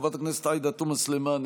חברת הכנסת עאידה תומא סלימאן,